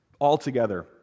altogether